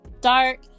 dark